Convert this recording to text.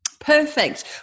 Perfect